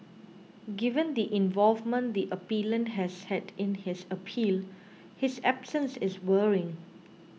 given the involvement the appellant has had in his appeal his absence is worrying